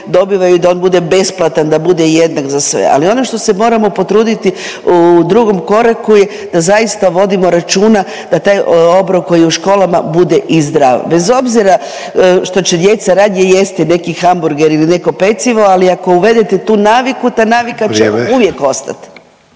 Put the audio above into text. dobivaju i da on bude besplatan i da bude jednak za sve. Ali ono što se moramo potruditi u drugom koraku je da zaista vodimo računa da taj obrok koji je u školama bude i zdrav, bez obzira što će djeca radije jesti neki hamburger ili neko pecivo, ali ako uvedete tu naviku ta navika će uvijek ostat.